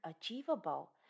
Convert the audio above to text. achievable